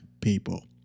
people